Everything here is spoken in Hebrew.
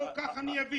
ככה מיידי ואז התקפלתם.